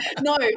no